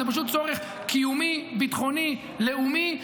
זה פשוט צורך קיומי, ביטחוני, לאומי.